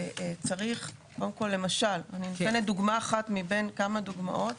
צריך למשל אני נותנת דוגמה אחת מבין כמה דוגמאות,